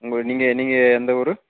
உங்கள் நீங்கள் நீங்கள் எந்த ஊர்